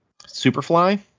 Superfly